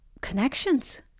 connections